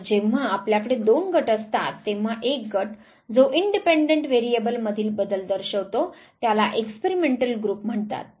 आणि जेंव्हा आपल्याकडे दोन गट असतात तेंव्हा एक गट जो इंडिपेंडेंट व्हॅरिएबल मधील बदल दर्शवतो त्याला एक्सपेरिमेंटल ग्रुप म्हणतात